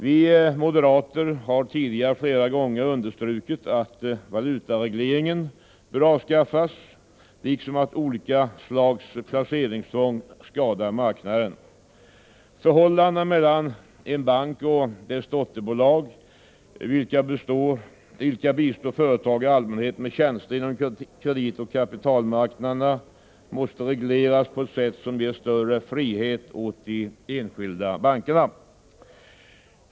Vi moderater har tidigare flera gånger understrukit att valutaregleringen bör avskaffas, liksom att olika slags placeringstvång skadar marknaden. Förhållandena mellan en bank och dess dotterbolag, vilka bistår företag och allmänhet med tjänster inom kreditoch kapitalmarknaderna, måste regleras på ett sätt som ger större frihet åt de enskilda bankerna.